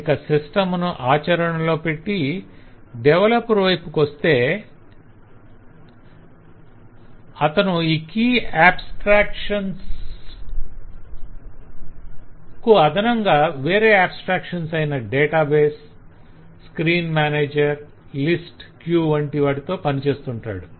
ఇక సిస్టం ను ఆచరణలో పెట్టే డెవలపర్ వైపు కొస్తే అతను ఈ కీ ఆబస్ట్రాక్షన్స్ కు అదనంగా వేరే ఆబస్ట్రాక్షన్స్ అయిన database screen manager list queue వంటి వాటితో పని చేస్తుంటాడు